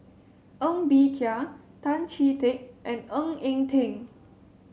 Ng Bee Kia Tan Chee Teck and Ng Eng Teng